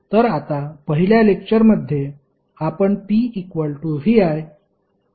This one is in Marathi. तर आता पहिल्या लेक्चरमध्ये आपण p vi असे पॉवरचे समीकरण घेतले